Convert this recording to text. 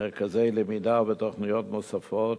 מרכזי למידה ותוכניות מוספות.